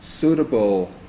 Suitable